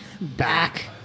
back